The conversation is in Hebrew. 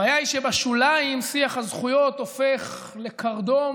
הבעיה היא שבשוליים שיח הזכויות הופך לקרדום